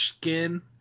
skin